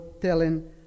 telling